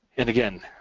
and again,